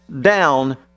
down